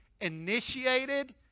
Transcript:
initiated